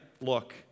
look